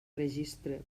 registre